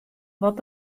wat